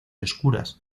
oscuras